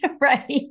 right